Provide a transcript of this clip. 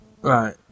Right